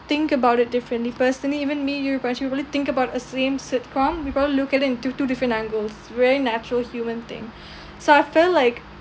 think about it differently personally even me you rebrach you only think about a same sitcom people look at it into two different angles very natural human thing so I felt like